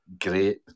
Great